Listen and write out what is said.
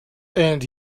and